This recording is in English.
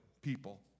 people